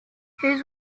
his